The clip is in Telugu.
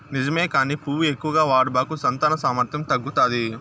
నిజమే కానీ నువ్వు ఎక్కువగా వాడబాకు సంతాన సామర్థ్యం తగ్గుతాది